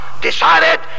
decided